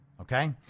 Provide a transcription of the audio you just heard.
Okay